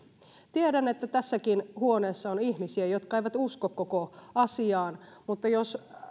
tiedän että tässäkin huoneessa on ihmisiä jotka eivät usko koko asiaan mutta jos